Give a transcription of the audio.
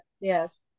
yes